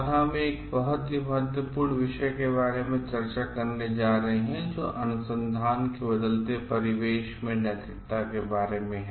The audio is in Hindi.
आज हम एक बहुत ही महत्वपूर्ण विषय के बारे में चर्चा करने जा रहे हैं जो अनुसंधान के बदलते परिवेश में नैतिकता के बारे में है